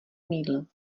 mýdlo